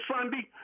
Sunday